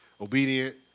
obedient